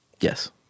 Yes